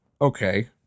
okay